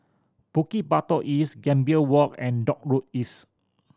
Bukit Batok East Gambir Walk and Dock Road East